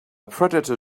predator